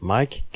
Mike